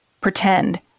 pretend